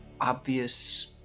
obvious